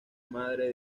madre